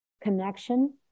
connection